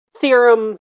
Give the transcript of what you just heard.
theorem